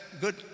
good